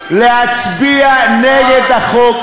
להצביע נגד החוק.